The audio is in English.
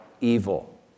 evil